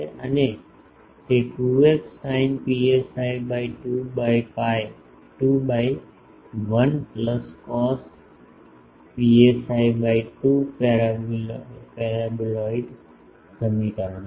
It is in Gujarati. અને તે 2f sin psi by 2 by 1 plus cos psi by 2 paraboloidal સમીકરણ છે